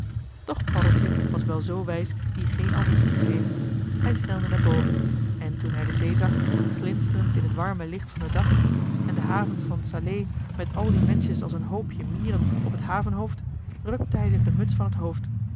doch paddeltje was wel zoo wijs hier geen antwoord op te geven hij snelde naar boven en toen hij de zee zag glinsterend in het warme licht van den dag en de haven van salé met al die menschjes als een hoopje mieren op het havenhoofd rukte hij zich de muts van t hoofd